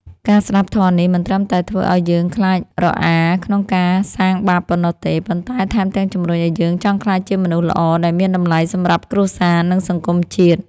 ការស្ដាប់ធម៌នេះមិនត្រឹមតែធ្វើឱ្យយើងខ្លាចរអាក្នុងការសាងបាបប៉ុណ្ណោះទេ ប៉ុន្តែថែមទាំងជំរុញឱ្យយើងចង់ក្លាយជាមនុស្សល្អដែលមានតម្លៃសម្រាប់គ្រួសារ និងសង្គមជាតិ។